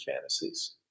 fantasies